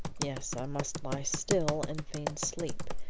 yes, i must lie still and feign sleep,